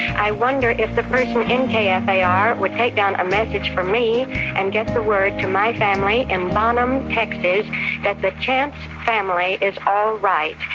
i wonder if the person in kfar yeah ah would take down a message from me and get the word to my family in bonham, texas that the chance family is all right.